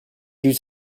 due